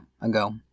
ago